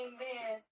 Amen